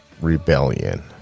rebellion